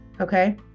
okay